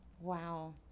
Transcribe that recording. Wow